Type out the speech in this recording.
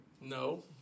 No